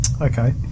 Okay